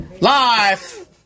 Live